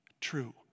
true